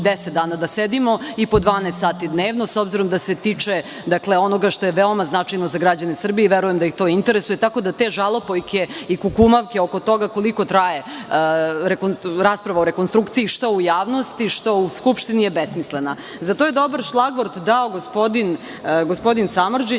10 dana da sedimo i po 12 sati dnevno, s obzirom da se tiče onoga što je veoma značajno za građane Srbije i verujem da ih to interesuje, tako da te žalopojke i kukumavke oko toga koliko traje rasprava o rekonstrukciji, što u javnosti, što u Skupštini, je besmislena.Za to je dobar šlagvort dao gospodin Samardžić,